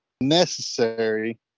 necessary